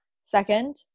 Second